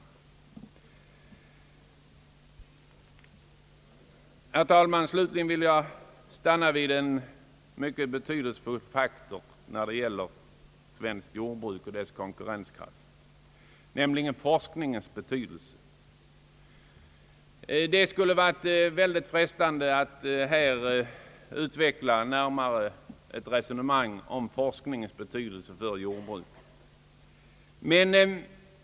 Jag vill, herr talman, slutligen uppehålla mig vid en mycket viktig faktor för svenskt jordbruk och dess konkurrenskraft, nämligen forskningen. Det skulle ha varit mycket frestande att här närmare utveckla resonemanget om forskningens betydelse för jordbruket.